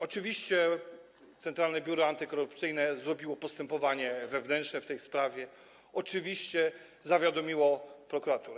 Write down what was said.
Oczywiście Centrale Biuro Antykorupcyjne zrobiło postępowanie wewnętrzne w tej sprawie, oczywiście zawiadomiło prokuraturę.